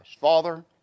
Father